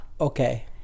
Okay